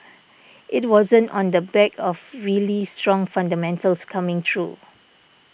it wasn't on the back of really strong fundamentals coming through